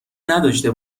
نداشته